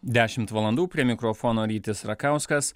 dešimt valandų prie mikrofono rytis rakauskas